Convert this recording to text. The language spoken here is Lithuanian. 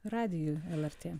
radiju lrt